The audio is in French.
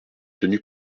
tenus